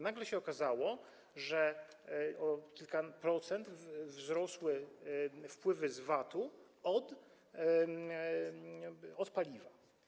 Nagle się okazało, że o kilka procent wzrosły wpływy z VAT-u od paliwa.